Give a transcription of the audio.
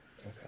okay